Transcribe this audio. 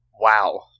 wow